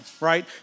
right